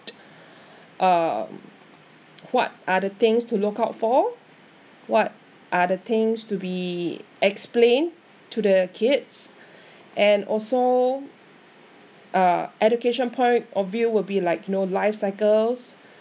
uh what are the things to look out for what are the things to be explained to the kids and also uh education point of view will be like you know life cycles